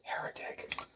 heretic